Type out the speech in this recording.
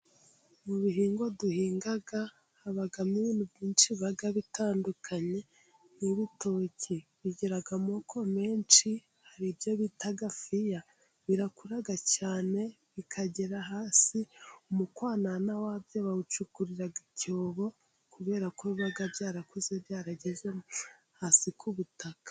Mu bihingwa duhinga habamo ibintu byinshi biba bitandukanye. nk’ibitoki bigira amoko menshi， hari ibyo bita fiya， birakura cyane，bikagera hasi，umukanana wabyo，bawucukurira icyobo， kubera ko biba byarakuze， byarageze hasi ku butaka.